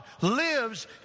lives